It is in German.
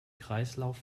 kreislauf